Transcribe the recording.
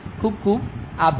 ખુબ ખુબ આભાર